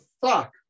Fuck